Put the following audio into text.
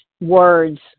words